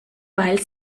weil